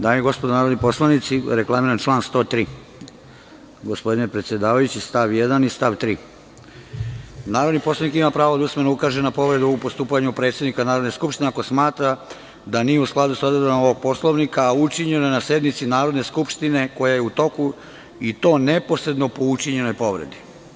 Dame i gospodo narodni poslanici, reklamiram član 103. stav 1. i stav 3. - narodni poslanik ima pravo da usmeno ukaže na povredu u postupanju predsednika Narodne skupštine ako smatra da nije u skladu sa odredbama ovog poslovnika, a učinjeno je na sednici Narodne skupštine koja je u toku i to neposredno po učinjenoj povredi.